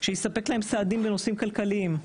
שיספק להם סעדים בנושאים כלכליים,